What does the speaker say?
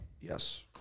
Yes